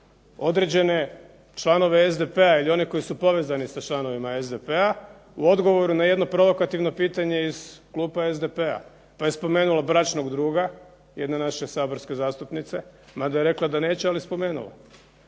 određene članove SDP-a ili one koji su povezani sa članovima SDP-a, u odgovoru na jedno provokativno pitanje iz klupa SDP-a. Pa je spomenula bračnog druga, jedne naše saborske zastupnice, mada je rekla da neće, ali je spomenula.